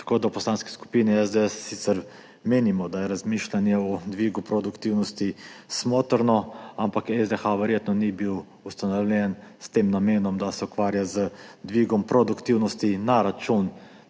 V Poslanski skupini SDS sicer menimo, da je razmišljanje o dvigu produktivnosti smotrno, ampak SDH verjetno ni bil ustanovljen s tem namenom, da se ukvarja z dvigom produktivnosti na račun